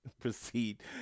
proceed